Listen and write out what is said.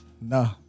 no